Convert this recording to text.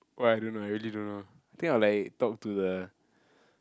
wow I don't know eh I really don't know think I will like talk to the